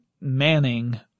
manning